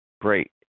Great